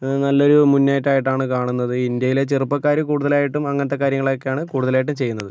നല്ലൊരു മുന്നേറ്റമായിട്ടാണ് കാണുന്നത് ഇന്ത്യയിലെ ചെറുപ്പക്കാർ കൂടുതലായിട്ടും അങ്ങനത്തെ കാര്യങ്ങളൊക്കെയാണ് കൂടുതലായിട്ടും ചെയ്യുന്നത്